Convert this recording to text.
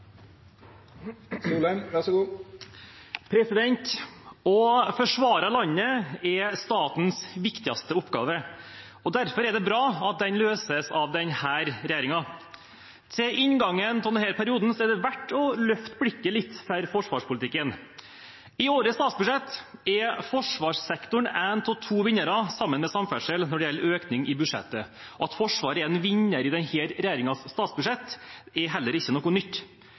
bra at den løses av denne regjeringen. Ved inngangen til denne perioden er det verdt å løfte blikket litt for forsvarspolitikken. I årets statsbudsjett er forsvarssektoren en av to vinnere, sammen med samferdsel, når det gjelder økning i budsjettet. At Forsvaret er en vinner i denne regjeringens statsbudsjett, er heller ikke noe nytt.